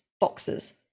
boxes